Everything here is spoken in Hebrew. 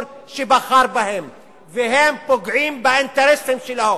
שבחר בהם והם פוגעים באינטרסים שלו.